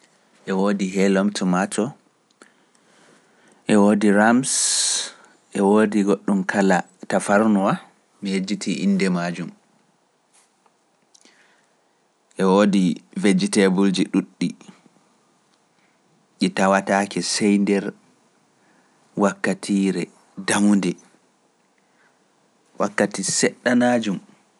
E woodi helloom tomato, e woodi rams, e woodi goɗɗum kala tafarnuwa, mi hejjitii innde maa jom. E woodi vejjiteebuluji ɗuuɗɗi, ɗi tawatake sey nder wakkatiire damunde, wakkati seɗɗa naa jom.